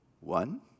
one